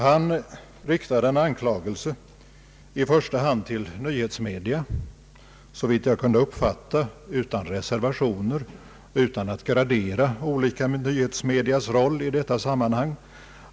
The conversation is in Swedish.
Han riktade en anklagelse i första hand mot nyhetsmedia, såvitt jag kunde uppfatta det utan reservationer, utan att gradera olika nyhetsmedias roll i detta sammarhang.